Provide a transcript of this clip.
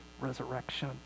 resurrection